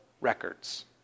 records